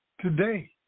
today